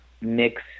mix